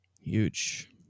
Huge